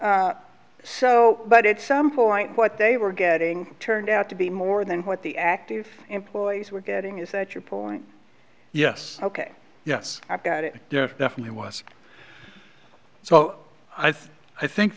ok so but it's some point what they were getting turned out to be more than what the active employees were getting is that your point yes ok yes i've got it definitely was so i think